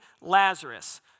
Lazarus